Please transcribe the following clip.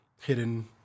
hidden